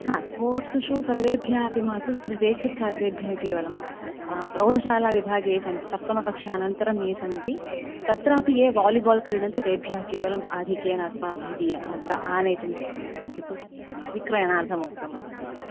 आम् sports shoe सर्वेभ्यः अपि मास्तु तत्र ज्येष्ठच्छात्रेभ्यः केवलं प्रौढशालाविभागे ये सन्ति सप्तमकक्षानन्तरं ये सन्ति तत्रापि ये वालिबाल् क्रीडन्ति तेभ्यः केवलम् आधिक्येन अस्माभिः दीयमा आनेतुं इत्युक्तौ विक्रयणार्थमुक्तमस्ति